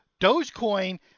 Dogecoin